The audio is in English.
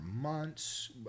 months